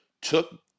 took